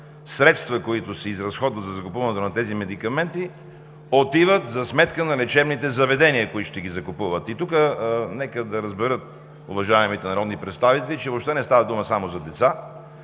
средства, които се изразходват за закупуването на тези медикаменти, отиват за сметка на лечебните заведения, които ще ги закупуват. И тук нека да разберат уважаемите народни представители, че въобще не става дума само за деца.